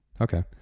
Okay